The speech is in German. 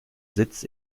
sitz